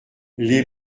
les